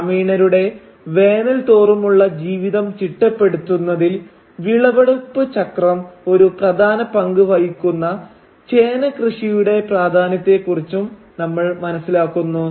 ഗ്രാമീണരുടെ വേനൽ തോറുമുള്ള ജീവിതം ചിട്ടപ്പെടുത്തുന്നതിൽ വിളവെടുപ്പ് ചക്രം ഒരു പ്രധാന പങ്ക് വഹിക്കുന്ന ചേന കൃഷിയുടെ പ്രാധാന്യത്തെ കുറിച്ച് നമ്മൾ മനസ്സിലാക്കുന്നു